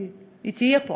היא תהיה פה,